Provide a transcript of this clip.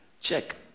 check